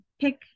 pick